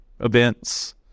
events